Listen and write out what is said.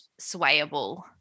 swayable